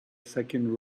second